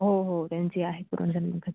हो हो त्यांची आहे पूर्ण जन्मकथा